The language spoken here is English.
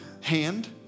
hand